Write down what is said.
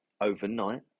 overnight